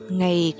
ngày